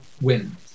win